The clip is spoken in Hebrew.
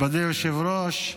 מכובדי היושב-ראש,